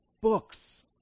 books